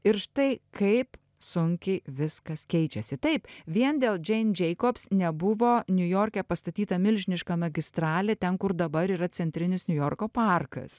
ir štai kaip sunkiai viskas keičiasi taip vien dėl džein džeikobs nebuvo niujorke pastatyta milžiniška magistralė ten kur dabar yra centrinis niujorko parkas